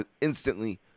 instantly